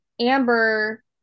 Amber